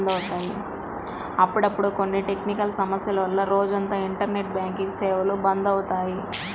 అప్పుడప్పుడు కొన్ని టెక్నికల్ సమస్యల వల్ల రోజంతా ఇంటర్నెట్ బ్యాంకింగ్ సేవలు బంద్ అవుతాయి